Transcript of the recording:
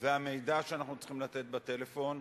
והמידע שאנחנו צריכים לתת בטלפון,